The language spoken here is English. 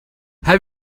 have